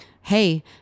hey